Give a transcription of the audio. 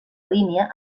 línia